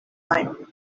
time